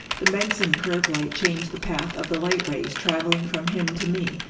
the benson curve light changed the path of the light rays traveling from him to me,